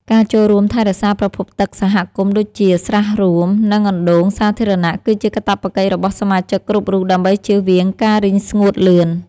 ការចូលរួមថែរក្សាប្រភពទឹកសហគមន៍ដូចជាស្រះរួម និងអណ្តូងសាធារណៈគឺជាកាតព្វកិច្ចរបស់សមាជិកគ្រប់រូបដើម្បីជៀសវាងការរីងស្ងួតលឿន។